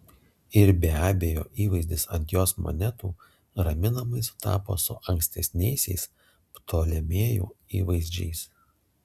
ir be abejo įvaizdis ant jos monetų raminamai sutapo su ankstesniaisiais ptolemėjų įvaizdžiais